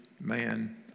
man